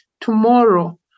tomorrow